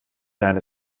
deine